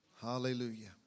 Hallelujah